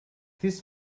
this